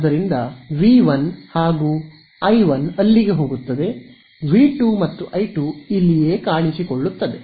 ಆದ್ದರಿಂದ ವಿ 1 ಮತ್ತು I1 ಅಲ್ಲಿಗೆ ಹೋಗುತ್ತದೆ ವಿ 2 ಮತ್ತು I2 ಇಲ್ಲಿಯೇ ಕಾಣಿಸಿಕೊಳ್ಳುತ್ತದೆ